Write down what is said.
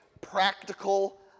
practical